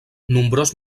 nombrós